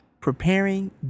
preparing